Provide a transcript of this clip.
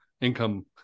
income